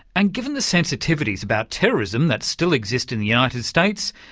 and given the sensitivities about terrorism that still exist in the united states,